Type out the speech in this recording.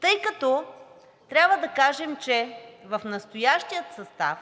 тъй като трябва да кажем, че в настоящия състав,